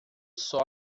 sobe